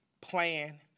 plan